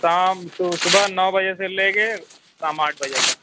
شام تو صُبح نو بجے سے لے کے شام آٹھ بجے تک